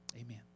Amen